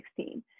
2016